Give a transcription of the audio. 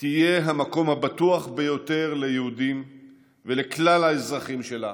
תהיה המקום הבטוח ביותר ליהודים ולכלל האזרחים שלה